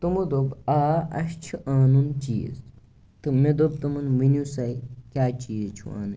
تِمَو دوٚپ آ اسہِ چھُ آنُن چیٖز تہٕ مےٚ دوٚپ تِمَن ؤنِو سا کیٛاہ چیٖز چھُو اَنٕنۍ